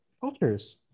cultures